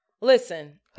listen